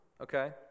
okay